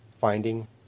finding